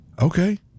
okay